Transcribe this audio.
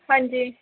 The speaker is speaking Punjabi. ਹਾਂਜੀ